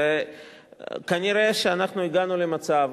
כנראה הגענו למצב,